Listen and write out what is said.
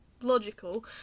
logical